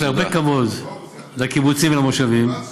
ויש לי הרבה כבוד לקיבוצים ולמושבים,